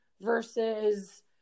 versus